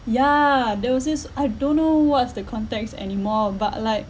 yeah there was this I don't know what's the context anymore but like